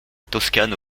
toscane